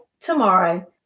tomorrow